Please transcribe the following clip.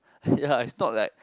ya it's not like